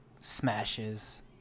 smashes